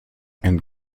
and